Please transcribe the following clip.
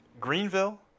Greenville